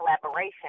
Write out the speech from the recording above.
collaboration